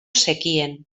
zekien